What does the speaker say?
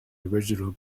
original